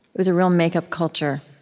it was a real makeup culture.